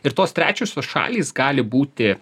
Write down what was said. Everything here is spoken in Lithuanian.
ir tos trečiosios šalys gali būti